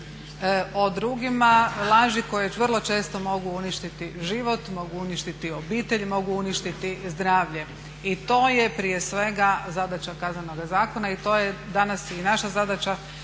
o drugima, laži koje vrlo često mogu uništiti život, mogu uništiti obitelj, mogu uništiti zdravlje i to je prije svega zadaća Kaznenoga zakona i to je danas i naša zadaća